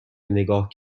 نگاه